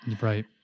Right